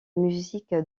musique